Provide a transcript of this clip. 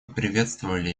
приветствовали